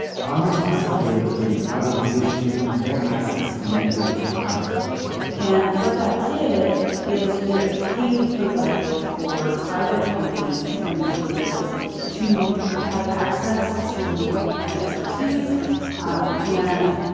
congress passed a bill that gave private industry more access to nuclear technology and what that did is it paved the way for private companies and utilities to have access to the expertise um and,